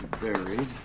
Buried